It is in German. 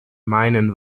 meinen